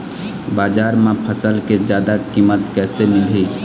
बजार म फसल के जादा कीमत कैसे मिलही?